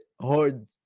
hard